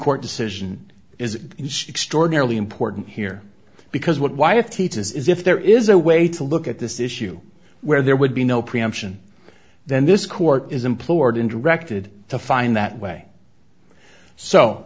court decision is in sixty ordinarily important here because what why if he does is if there is a way to look at this issue where there would be no preemption then this court is implored in directed to find that way so